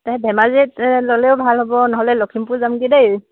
তে ধেমাজিত ল'লেও ভাল হ'ব নহ'লে লখিমপুৰ যামগৈ দেই